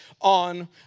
on